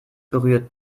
berührt